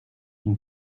une